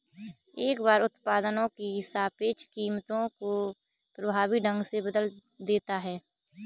एक कर उत्पादों की सापेक्ष कीमतों को प्रभावी ढंग से बदल देता है